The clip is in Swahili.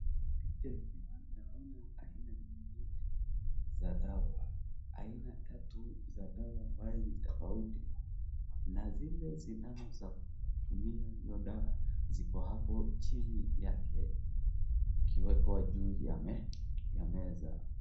Picha hii naona aina nyingi za dawa, aina tatu za dawa ambayo ni tofauti, na zile sindano za kutumia hiyo dawa ziko hapo chini yake, zikiwekwa juu ya meza.